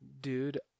Dude